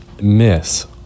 miss